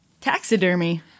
taxidermy